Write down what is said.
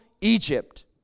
Egypt